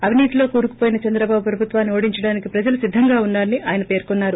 అవినీతిలో కూరుకుపోయిన చంద్రబాబు ప్రభుత్వాన్ని ఓడించడానికి ప్రజలు పేసిద్దంగా ఉన్నారని పేర్కొన్నారు